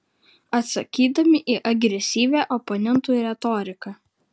atsakydami į agresyvią oponentų retoriką